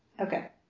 Okay